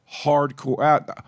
hardcore